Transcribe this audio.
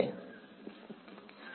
વિદ્યાર્થી ના